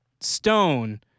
stone